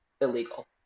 illegal